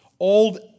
Old